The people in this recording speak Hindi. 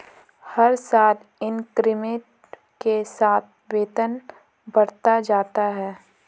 हर साल इंक्रीमेंट के साथ वेतन बढ़ता जाता है